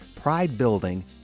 pride-building